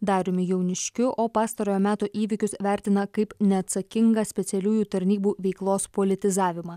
dariumi jauniškiu o pastarojo meto įvykius vertina kaip neatsakingą specialiųjų tarnybų veiklos politizavimą